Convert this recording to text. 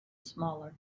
smaller